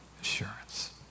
assurance